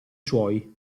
suoi